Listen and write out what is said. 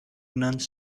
nuns